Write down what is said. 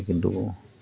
কিন্তু